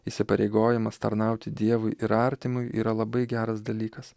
įsipareigojimas tarnauti dievui ir artimui yra labai geras dalykas